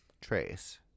Trace